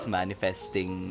manifesting